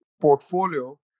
portfolio